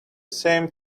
same